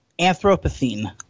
anthropocene